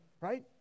right